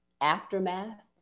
aftermath